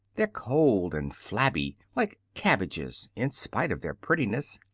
they're cold and flabby, like cabbages, in spite of their prettiness.